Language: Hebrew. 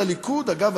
אגב,